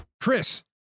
Chris